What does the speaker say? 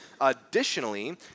Additionally